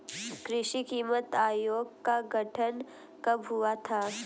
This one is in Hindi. कृषि कीमत आयोग का गठन कब हुआ था?